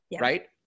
right